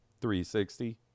360